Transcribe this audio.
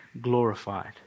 glorified